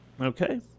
okay